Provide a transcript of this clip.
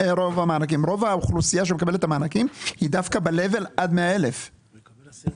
רוב האוכלוסייה שמקבלת את המענקים היא דווקא ברמה של עד 100,000 שקל.